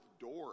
door